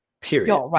Period